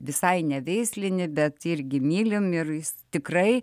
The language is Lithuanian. visai ne veislinį bet irgi mylim ir jis tikrai